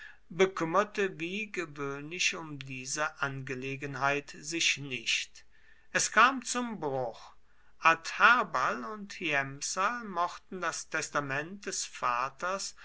bekümmerte wie gewöhnlich um diese angelegenheit sich nicht es kam zum bruch adherbal und hiempsal mochten das testament des vaters